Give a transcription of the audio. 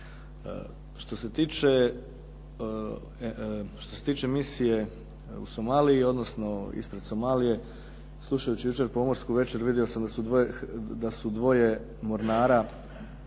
Što se tiče misije ispred Somalije, slušajući jučer "Pomorsku večer" vidio sam da su dvoje mornara,